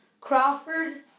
Crawford